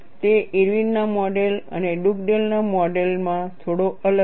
તે ઇરવિનના model Irwin's model અને ડુગડેલના મોડેલ Dugdale's modelમાં થોડો અલગ છે